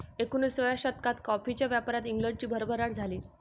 एकोणिसाव्या शतकात कॉफीच्या व्यापारात इंग्लंडची भरभराट झाली